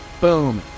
boom